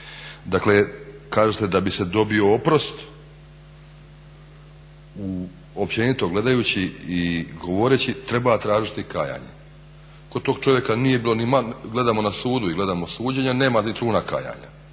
Dakle kažete da bi se dobio oprost općenito gledajući i govoreći treba tražiti kajanje. Kod tog čovjeka nije bilo ni malo, gledamo na sudu i gledamo suđenja, nema ni truna kajanja